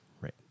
right